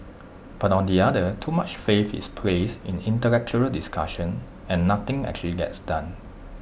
but on the other too much faith is placed in intellectual discussion and nothing actually gets done